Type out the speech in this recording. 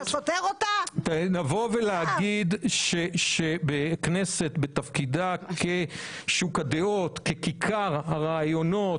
לבוא ולהגיד שהכנסת בתפקידה כשוק הדעות ככיכר הרעיונות,